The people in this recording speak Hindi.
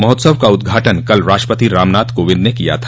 महोत्सव का उद्घाटन कल राष्ट्रपति रामनाथ कोविन्द ने किया था